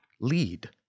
lead